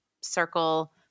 circle